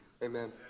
Amen